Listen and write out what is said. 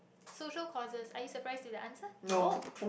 social courses are you surprise to the answer nope